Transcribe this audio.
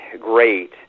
great